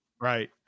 right